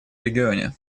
регионе